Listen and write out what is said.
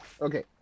Okay